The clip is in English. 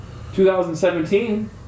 2017